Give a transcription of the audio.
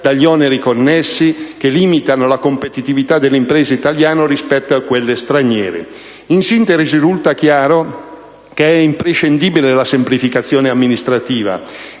e dagli oneri connessi, che limitano la competitività delle imprese italiane rispetto a quelle straniere. In sintesi, risulta chiaro che è imprescindibile la semplificazione amministrativa